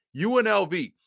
UNLV